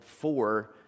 four